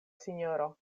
sinjoro